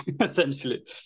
essentially